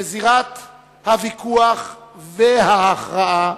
בזירת הוויכוח וההכרעה,